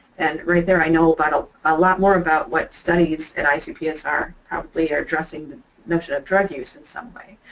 and right there i know but a lot more about what studies at icpsr probably are addressing the notion of drug use in someway.